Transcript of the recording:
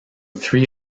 three